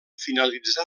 finalitzar